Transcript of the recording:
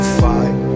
fight